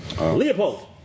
Leopold